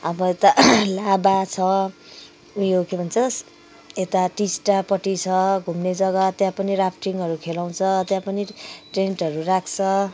अब यता लाभा छ उयो के भन्छ यता टिस्टपट्टि छ घुम्ने जग्गा त्यहाँ पनि राफटिङहरू खेलाउँछ त्या पनि टेन्टहरू राख्छ